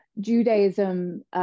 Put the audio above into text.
Judaism